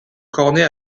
cornet